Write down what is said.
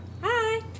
Hi